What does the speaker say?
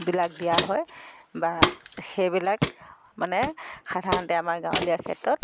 বিলাক দিয়া হয় বা সেইবিলাক মানে সাধাৰণতে আমাৰ গাঁৱলীয়া ক্ষেত্ৰত